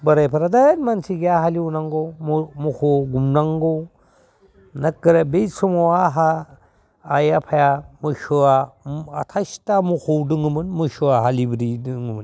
बोराइफोरा हे मानसि गैया हालेवनांगौ मोसौ गुमनांगौ बे समाव आंहा आइ आफाया मैसोआ आथाइसथा मोसौ दङमोन मैसोआ हालिब्रै दङमोन